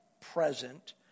present